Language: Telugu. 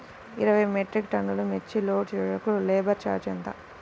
ఇరవై మెట్రిక్ టన్నులు మిర్చి లోడ్ చేయుటకు లేబర్ ఛార్జ్ ఎంత?